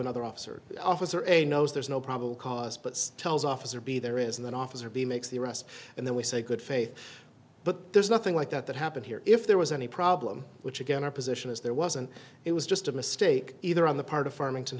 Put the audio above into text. another officer officer a knows there's no probable cause but still as officer be there isn't an officer be makes the arrest and then we say good faith but there's nothing like that that happened here if there was any problem which again our position is there wasn't it was just a mistake either on the part of farmington